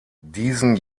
diesen